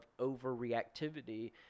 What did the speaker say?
overreactivity